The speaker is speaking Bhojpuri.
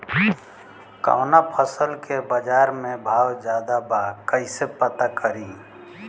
कवना फसल के बाजार में भाव ज्यादा बा कैसे पता करि?